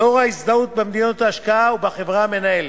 לאור הזהות במדיניות ההשקעה ובחברה המנהלת.